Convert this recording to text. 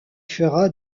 fera